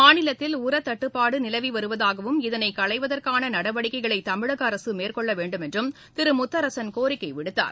மாநிலத்தில் உரத் தட்டுப்பாடு நிலவி வருவதாகவும் இதனை களைவதற்கான நடவடிக்கைகளை தமிழக அரசு மேற்கொள்ள வேண்டும் என்றும் திரு முத்தரசன் கோரிக்கை விடுத்தார்